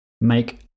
make